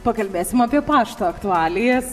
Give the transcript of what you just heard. pakalbėsim apie pašto aktualijas